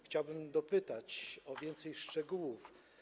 Chciałbym dopytać o więcej szczegółów.